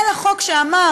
אלא חוק שאמר: